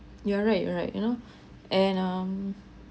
you are right you are right you know and um